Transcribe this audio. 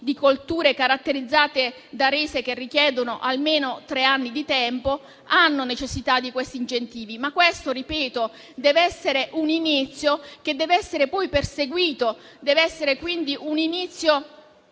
di colture caratterizzate da rese che richiedono almeno tre anni di tempo, esse hanno necessità di siffatti incentivi. Ma questo - lo ripeto - deve essere un inizio che deve essere poi perseguito; deve essere un inizio